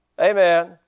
Amen